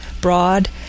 broad